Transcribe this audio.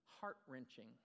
heart-wrenching